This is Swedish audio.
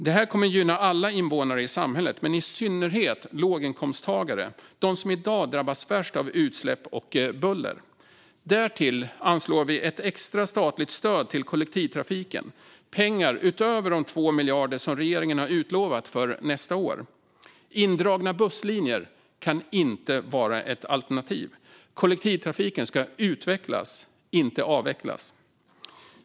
Det här kommer att gynna alla invånare i samhället men i synnerhet låginkomsttagare - de som i dag drabbas värst av utsläpp och buller. Därtill anslår vi ett extra statligt stöd till kollektivtrafiken utöver de 2 miljarder som regeringen har utlovat för nästa år. Indragna busslinjer kan inte vara ett alternativ. Kollektivtrafiken ska utvecklas, inte avvecklas.